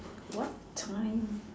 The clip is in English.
what time